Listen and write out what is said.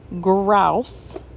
grouse